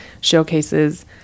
showcases